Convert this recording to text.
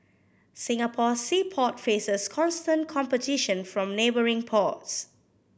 Singapore's sea port faces constant competition from neighbouring ports